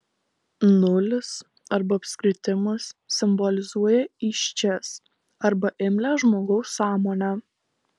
nulis arba apskritimas simbolizuoja įsčias arba imlią žmogaus sąmonę